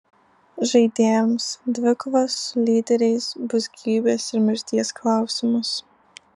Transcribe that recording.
žaidėjams dvikova su lyderiais bus gyvybės ir mirties klausimas